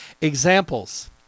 Examples